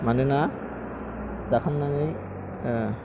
मानोना जाखांनानै